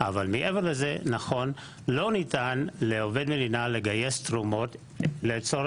אבל נראה לי שמישהו עושה על הרצון הטוב שלך סיבוב.